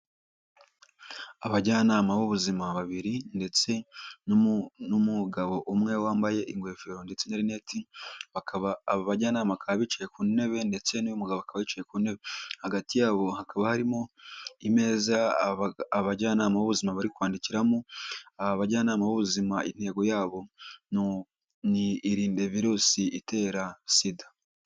Abajyanama b'ubuzima babiri ndetse n'umugabo umwe wambaye ingofero ndetse na lineti bakaba aba bajyanama bakaba bicaye ku ntebe ndetse n'uyu mugabo akaba yicaye ku ntebe, hagati yabo hakaba harimo imeza abajyanama b'ubuzima bari kwandikiramo, aba bajyanama b'ubuzima intego yabo ni Irinde virusi itera SIDA.